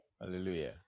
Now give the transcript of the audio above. Hallelujah